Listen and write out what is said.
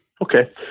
Okay